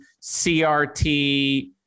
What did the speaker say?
CRT